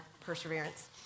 perseverance